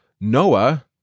Noah